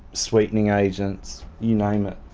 sweetening agents, you name it.